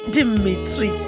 Dimitri